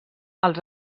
als